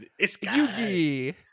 Yugi